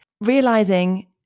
realizing